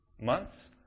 months